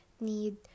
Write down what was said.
need